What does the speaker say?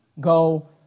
go